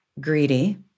Greedy